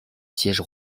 siège